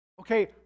okay